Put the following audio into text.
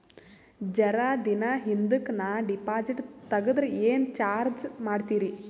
ಜರ ದಿನ ಹಿಂದಕ ನಾ ಡಿಪಾಜಿಟ್ ತಗದ್ರ ಏನ ಚಾರ್ಜ ಮಾಡ್ತೀರಿ?